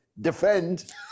defend